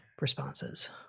responses